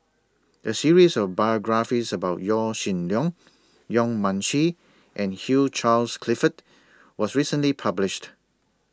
A series of biographies about Yaw Shin Leong Yong Mun Chee and Hugh Charles Clifford was recently published